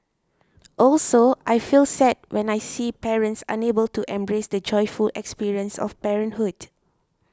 also I feel sad when I see parents unable to embrace the joyful experience of parenthood